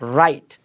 right